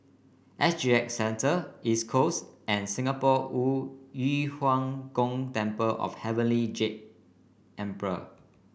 S G X Centre East Coast and Singapore Yu Huang Gong Temple of Heavenly Jade Emperor